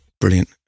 Brilliant